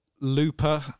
Looper